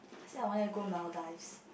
actually I wanted to go Maldives